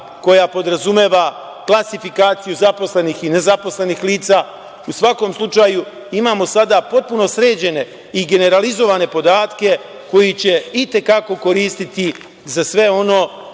koja podrazumeva klasifikaciju zaposlenih i nezaposlenih lica. U svakom slučaju, imamo sada potpuno sređene i generalizovane podatke koji će i te kako koristiti za sve ono